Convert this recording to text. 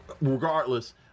Regardless